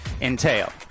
entail